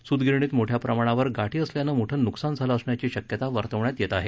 सुतगिरणीत मोठ्या प्रमाणावर गाठी असल्यानं मोठं नुकसान झालं असण्याची शक्यता वर्तवली जात आहे